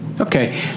Okay